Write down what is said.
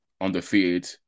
Undefeated